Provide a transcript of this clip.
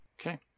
Okay